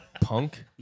Punk